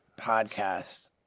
podcast